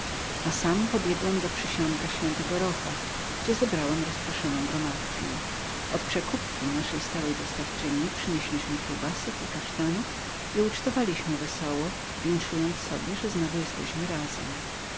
a sam pobiegłem do przysionka św rocha gdzie zebrałem rozproszoną gromadkę od przekupki naszej stałej dostawczyni przynieśliśmy kiełbasek i kasztanów i ucztowaliśmy wesoło winszując sobie że znów jesteśmy razem